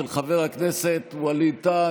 של חבר הכנסת ווליד טאהא.